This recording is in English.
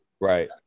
Right